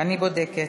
אני בודקת.